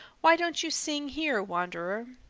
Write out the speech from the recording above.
why don't you sing here, wanderer?